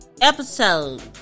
episode